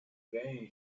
vain